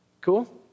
Cool